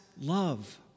love